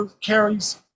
carries